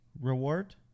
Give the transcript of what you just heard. reward